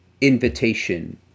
invitation